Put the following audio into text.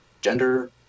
gender